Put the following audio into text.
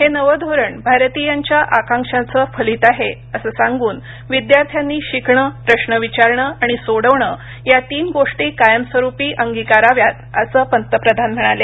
हे नवं धोरण भारतीयांच्या आकांक्षाचं फलित आहे असं सांगून विद्यार्थ्यांनी शिकणं प्रश्न विचारणं आणि सोडवणं या तीन गोष्टी कायमस्वरूपी अंगीकाराव्यात असंही पंतप्रधान म्हणाले